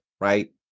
Right